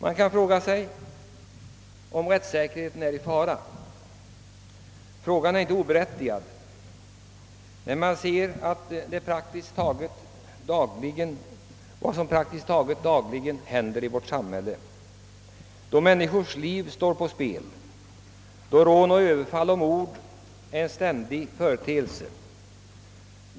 Man kan fråga sig om rättssäkerheten är i fara. Frågan framstår inte som oberättigad när man ser vad som praktiskt taget dagligen händer i vårt samhälle — då människors liv och lem står på spel, då rån, överfall och mord är en ständig företeelse.